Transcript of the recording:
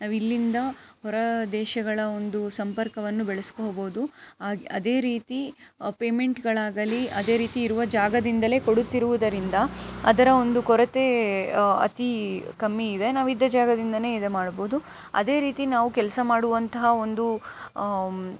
ನಾವು ಇಲ್ಲಿಂದ ಹೊರದೇಶಗಳ ಒಂದು ಸಂಪರ್ಕವನ್ನು ಬೆಳೆಸ್ಕೋಬೋದು ಅದೇ ರೀತಿ ಪೇಮೆಂಟ್ಗಳಾಗಲಿ ಅದೇ ರೀತಿ ಇರುವ ಜಾಗದಿಂದಲೇ ಕೊಡುತ್ತಿರುವುದರಿಂದ ಅದರ ಒಂದು ಕೊರತೆ ಅತಿ ಕಮ್ಮಿ ಇದೆ ನಾವಿದ್ದ ಜಾಗದಿಂದನೇ ಇದನ್ನು ಮಾಡ್ಬೋದು ಅದೇ ರೀತಿ ನಾವು ಕೆಲಸ ಮಾಡುವಂತಹ ಒಂದು